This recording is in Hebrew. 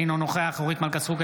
אינו נוכח אורית מלכה סטרוק,